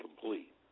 complete